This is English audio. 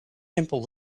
simple